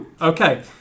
Okay